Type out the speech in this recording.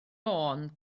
fôn